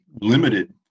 limited